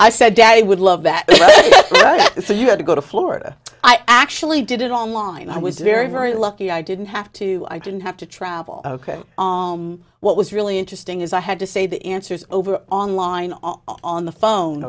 i said dad i would love that if you had to go to florida i actually did it online i was very very lucky i didn't have to i didn't have to travel om what was really interesting is i had to say that answers over on line all on the phone